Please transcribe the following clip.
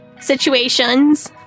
Situations